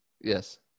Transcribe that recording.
Yes